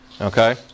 okay